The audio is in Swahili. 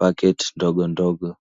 pakiti ndogondogo.